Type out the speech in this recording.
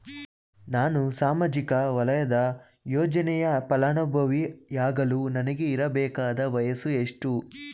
ನಾನು ಸಾಮಾಜಿಕ ವಲಯದ ಯೋಜನೆಯ ಫಲಾನುಭವಿ ಯಾಗಲು ನನಗೆ ಇರಬೇಕಾದ ವಯಸ್ಸು ಎಷ್ಟು?